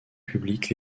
public